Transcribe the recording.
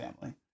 family